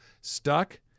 stuck